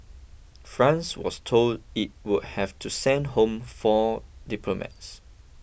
France was told it would have to send home four diplomats